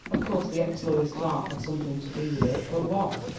of course the ex-lawyer's clerk had something to do with it, but what?